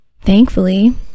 Thankfully